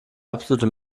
absolute